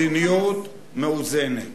מדיניות מאוזנת.